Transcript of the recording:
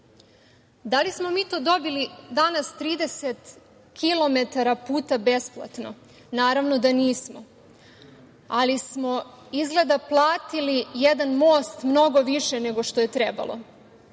Da li smo mi to dobili danas 30 kilometara puta besplatno? Naravno da nismo, ali smo izgleda platili jedan most mnogo više nego što je trebalo.